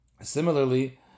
Similarly